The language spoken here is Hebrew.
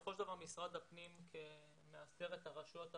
בסופו של דבר משרד הפנים כמאסדר את הרשויות המקומיות,